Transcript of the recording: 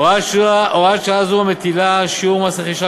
הוראת שעה המטילה שיעורי מס רכישה